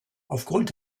aufgrund